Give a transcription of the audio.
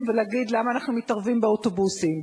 ולהגיד למה אנחנו מתערבים באוטובוסים.